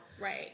Right